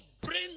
bring